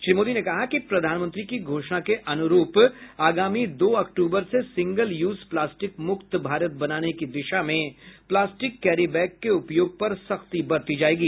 श्री मोदी ने कहा कि प्रधानमंत्री की घोषणा के अनुरूप आगामी दो अक्तूबर से सिंगल यूज प्लास्टिक मुक्त भारत बनाने की दिशा में प्लास्टिक कैरी बैग के उपयोग पर सख्ती बरती जायेगी